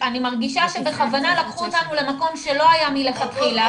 אני מרגישה שבכוונה לקחו אותנו למקום שלא היה מלכתחילה